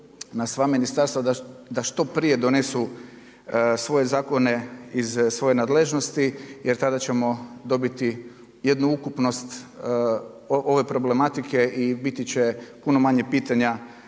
na sva ministarstva da što prije donesu svoje zakone iz svoje nadležnosti jer tada ćemo dobiti jednu ukupnost ove problematike i biti će puno manje pitanja